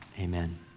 amen